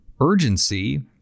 urgency